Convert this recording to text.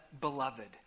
beloved